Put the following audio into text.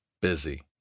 Busy